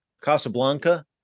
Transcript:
casablanca